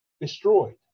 destroyed